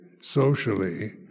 socially